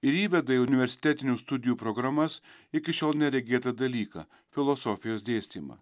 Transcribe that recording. ir įveda į universitetinių studijų programas iki šiol neregėtą dalyką filosofijos dėstymą